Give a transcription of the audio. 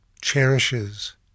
cherishes